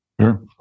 Sure